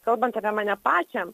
kalbant apie mane pačią